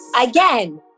Again